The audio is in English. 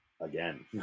again